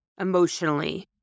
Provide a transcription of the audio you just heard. emotionally